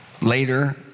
later